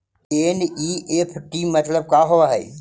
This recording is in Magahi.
एन.ई.एफ.टी मतलब का होब हई?